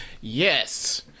Yes